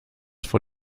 vor